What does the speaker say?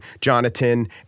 jonathan